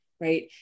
right